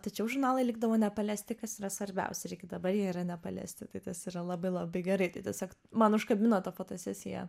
tačiau žurnalai likdavo nepaliesti kas yra svarbiausia ir iki dabar jie yra nepaliesti tai tas yra labai labai gerai tai tiesiog man užkabino ta fotosesija